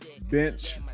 Bench